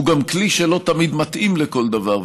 הוא גם כלי שלא תמיד מתאים לכל דבר,